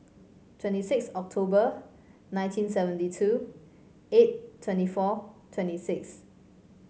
twenty six October nineteen seventy two eight twenty four twenty six